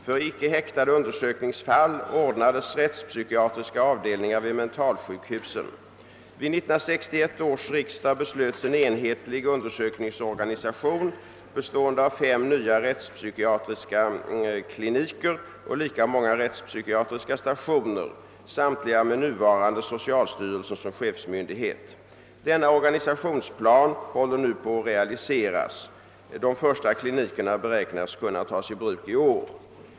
För undersökningsfall rörande icke häktade ordnades rättspsykiatriska avdelningar vid mentalsjukhusen. Vid 1961 års riksdag beslöts en enhetlig undersökningsorganisation, bestående av fem nya rättspsykiatriska kliniker och lika många rättspsykiatriska = stationer, samtliga med nuvarande socialstyrelsen som chefsmyndighet. Denna organisationsplan håller nu på att realiseras. De första klinikerna beräknas kunna tas i bruk 1 år.